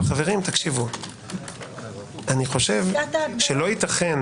חברים, אני חושב שלא ייתכן